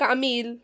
Camille